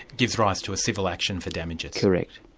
gives rise to a civil action for damages? correct,